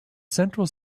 central